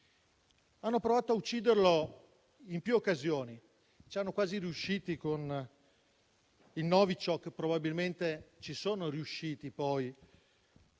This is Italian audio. Hanno provato a ucciderlo in più occasioni, e ci sono quasi riusciti con il Novichok, e probabilmente poi ci sono riusciti con